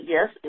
Yes